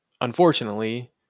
unfortunately